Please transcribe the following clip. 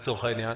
לצורך העניין